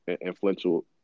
influential